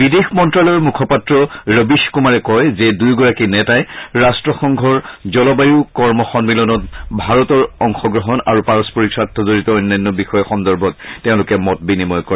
বিদেশ মন্নালয়ৰ মুখপাত্ৰ ৰবিশ কুমাৰে কয় যে দুয়োগৰাকী নেতাই ৰট্টসংঘৰ জলবায়ু কৰ্ম সন্মিলনত ভাৰতৰ অংশগ্ৰহণ আৰু পাৰস্পৰিক স্বাৰ্থজড়িত অন্যান্য বিষয় সন্দৰ্ভত তেওঁলোকৰ মত বিনিময় কৰে